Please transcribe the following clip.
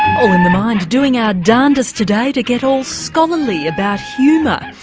all in the mind doing our darndest today to get all scholarly about humour,